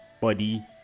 body